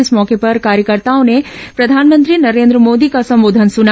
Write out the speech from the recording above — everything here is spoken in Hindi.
इस मौके पर कार्यकर्ताओं ने प्रधानमंत्री नरेन्द्र मोदी का संबोधन सुना